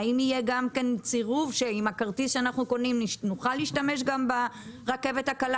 האם יהיה גם צירוף שעם הכרטיס שאנחנו קונים נוכל להשתמש גם ברכבת הקלה?